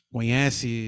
Conhece